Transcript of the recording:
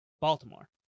Baltimore